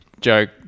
Joke